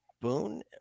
Boone